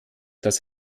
das